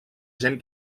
gent